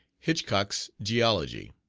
hitchcock's geology.